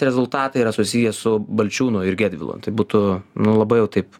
rezultatai yra susiję su balčiūnu ir gedvilu tai būtų nu labai jau taip